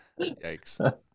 Yikes